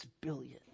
billion